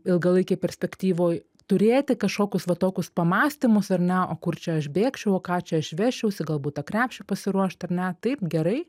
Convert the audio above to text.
ilgalaikėj perspektyvoj turėti kažkokius va tokius pamąstymus ar ne o kur čia aš bėgčiau o ką čia aš vežčiausi galbūt tą krepšį pasiruošt ar ne taip gerai